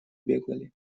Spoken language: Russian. бегали